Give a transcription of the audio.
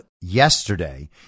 yesterday